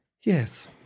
yes